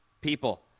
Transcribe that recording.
people